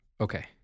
Okay